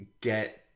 get